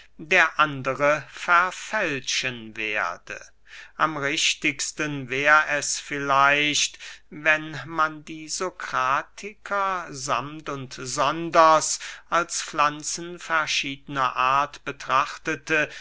der andere verfälschen werde am richtigsten wär es vielleicht wenn man die sokratiker sammt und sonders als pflanzen verschiedener art betrachtete